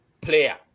player